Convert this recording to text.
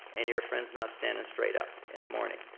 and your friend's not standing straight up in the morning.